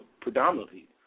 predominantly